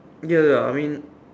ya ya I mean